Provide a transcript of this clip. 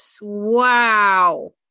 Wow